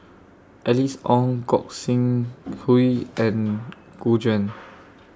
Alice Ong Gog Sing Hooi and Gu Juan